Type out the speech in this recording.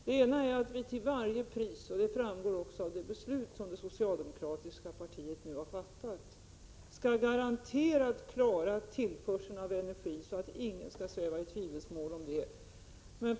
För det första måste till varje pris — vilket framgår av det beslut som det socialdemokratiska partiet nu har fattat — tillförseln av energi garanterat klaras, så att ingen svävar i tvivelsmål om det.